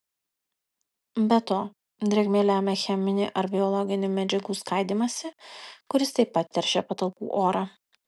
be to drėgmė lemia cheminį ar biologinį medžiagų skaidymąsi kuris taip pat teršia patalpų orą